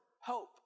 hope